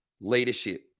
leadership